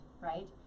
right